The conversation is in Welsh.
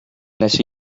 gwnes